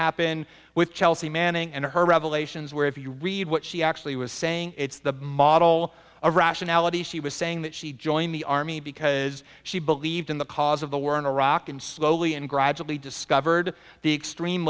happen with chelsea manning and her revelations where if you read what she actually was saying it's the model of rationality she was saying that she joined the army because she believed in the cause of the war in iraq and slowly and gradually discovered the extreme